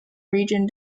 region